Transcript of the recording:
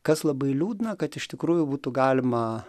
kas labai liūdna kad iš tikrųjų būtų galima